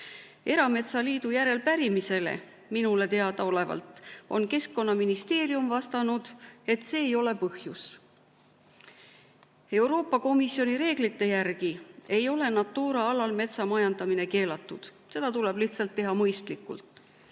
Erametsaliidu järelepärimisele minule teadaolevalt on Keskkonnaministeerium vastanud, et see ei ole põhjus. Euroopa Komisjoni reeglite järgi ei ole Natura alal metsa majandamine keelatud. Seda tuleb lihtsalt teha